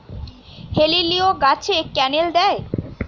হেলিলিও গাছে ক্যানেল দেয়?